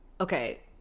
okay